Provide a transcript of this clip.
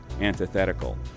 antithetical